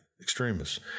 extremists